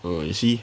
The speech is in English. orh you see